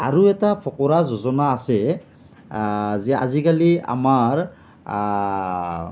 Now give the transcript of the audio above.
আৰু এটা ফকৰা যোজনা আছে যে আজিকালি আমাৰ